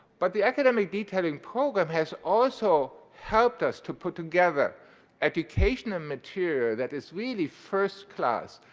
but the academic detailing program has also helped us to put together education and material that is really first-class.